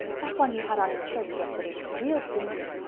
that one you had on in church yesterday was real dinky.